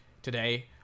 today